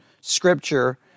scripture